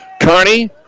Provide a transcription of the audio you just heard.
Carney